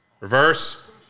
Reverse